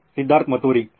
ಸಿದ್ಧಾರ್ಥ್ ಮತುರಿ ಸರಿ